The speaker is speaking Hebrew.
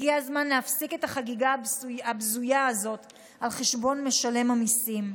הגיע הזמן להפסיק את החגיגה הבזויה הזאת על חשבון משלם המיסים.